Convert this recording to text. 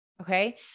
Okay